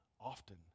often